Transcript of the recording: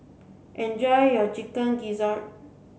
enjoy your chicken gizzard